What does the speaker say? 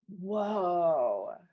whoa